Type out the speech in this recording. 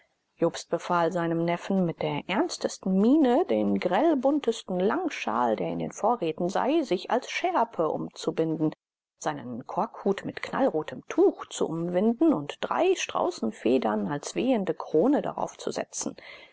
jobst befahl seinem neffen mit der ernstesten miene den grellbuntesten langschal der in den vorräten sei sich als schärpe umzubinden seinen korkhut mit knallrotem tuch zu umwinden und drei straußfedern als wehende krone darauf zu setzen